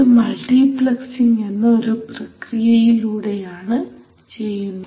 ഇത് മൾട്ടിപ്ലക്സ്സിങ് എന്ന ഒരു പ്രക്രിയയിലൂടെയാണ് ചെയ്യുന്നത്